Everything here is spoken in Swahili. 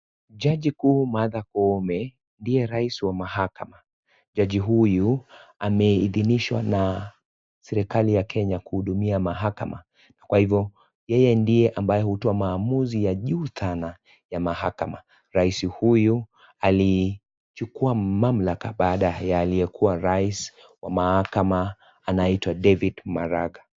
Jaji huu Martha Koome ndiye rais wa mahakama. Jaji huyu ameidhinishwa na serikali ya Kenya kuhudumia mahakama. Kwa hivyo yeye ndiye ambaye hutoa maamuzi ya juu sana ya mahakama . Rais huyu alichukua mamlaka baada ya aliyekuwa rais wa mahakama anaitwa David Maraga.